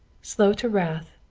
slow to wrath,